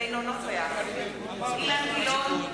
אינו נוכח אילן גילאון,